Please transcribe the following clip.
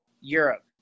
Europe